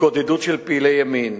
התגודדות של פעילי ימין